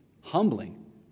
humbling